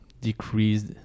decreased